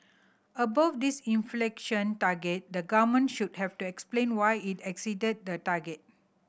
above this inflation target the government should have to explain why it exceeded the target